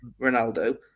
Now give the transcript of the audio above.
Ronaldo